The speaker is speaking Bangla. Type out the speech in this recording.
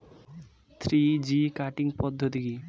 থ্রি জি কাটিং পদ্ধতি কি?